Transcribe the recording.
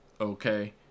okay